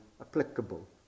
applicable